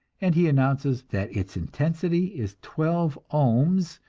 and he announces that its intensity is twelve ohms,